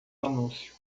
anúncio